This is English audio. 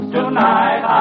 Tonight